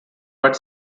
but